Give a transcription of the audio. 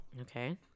Okay